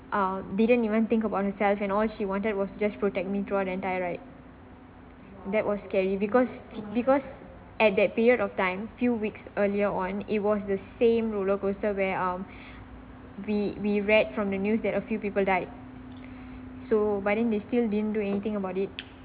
uh didn't even think about herself and all she wanted was just protect me throughout the entire ride that was scary because because at that period of time few weeks earlier on it was the same roller coaster where um we we read from the news that a few people died so but then they still didn't do anything about it